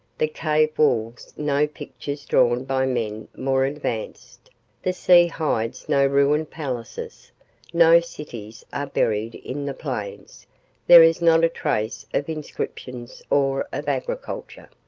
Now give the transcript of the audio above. the cave walls no pictures drawn by men more advanced the sea hides no ruined palaces no cities are buried in the plains there is not a trace of inscriptions or of agriculture.